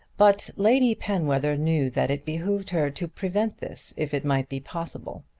but lady penwether knew that it behoved her to prevent this if it might be possible.